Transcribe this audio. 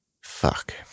Fuck